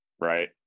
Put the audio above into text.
right